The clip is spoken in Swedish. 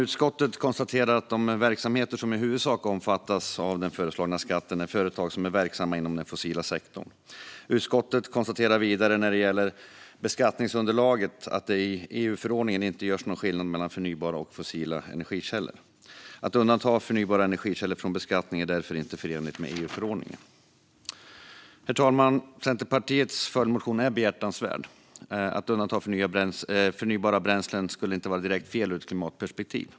Utskottet konstaterar att de verksamheter som i huvudsak omfattas av den föreslagna skatten är företag som är verksamma inom den fossila sektorn. Utskottet konstaterar vidare när det gäller beskattningsunderlaget att det i EU-förordningen inte görs någon skillnad mellan förnybara och fossila energikällor. Att undanta förnybara energikällor från beskattning är därför inte förenligt med EU-förordningen. En tillfällig skatt på extraordinära vinster för vissa företag under 2023 Herr talman! Centerpartiets följdmotion är behjärtansvärd. Att undanta förnybara bränslen skulle inte vara direkt fel ur ett klimatperspektiv.